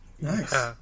Nice